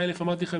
100,000 אמרתי לכם,